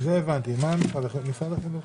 משרד ראש הממשלה.